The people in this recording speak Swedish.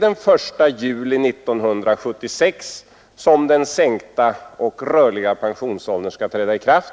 Den 1 juli 1976 skall den sänkta och den rörliga pensionsåldern träda i kraft.